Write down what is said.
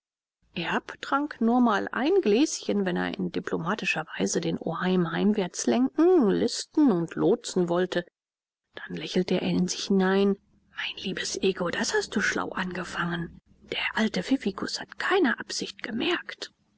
erb trank nur mal ein gläschen wenn er in diplomatischer weise den oheim heimwärts lenken listen und lotsen wollte dann lächelte er in sich hinein mein liebes ego das hast du schlau angefangen der alte pfiffikus hat keine absicht gemerkt